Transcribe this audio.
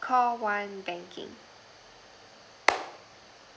call one banking